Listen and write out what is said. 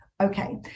Okay